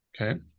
Okay